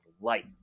life